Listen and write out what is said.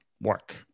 work